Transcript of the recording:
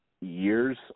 years